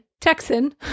Texan